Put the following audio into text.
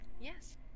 Yes